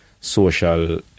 social